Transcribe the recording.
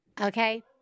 Okay